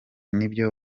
nibyo